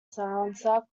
silencer